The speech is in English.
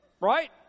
right